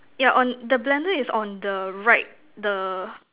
yeah on the blender is on the right the